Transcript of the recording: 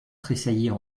tressaillir